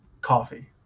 coffee